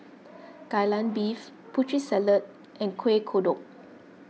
Kai Lan Beef Putri Salad and Kuih Kodok